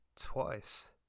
twice